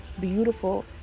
beautiful